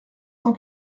cent